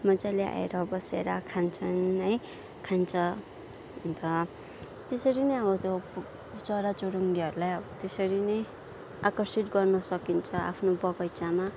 मजाले आएर बसेर खान्छन् है खान्छ अन्त त्यसरी नै अब त्यो चरा चुरुङ्गीहरूलाई अब त्यसरी नै आकर्षित गर्न सकिन्छ आफ्नो बगैँचामा